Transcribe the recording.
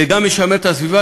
וגם לשמר את הסביבה,